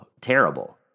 terrible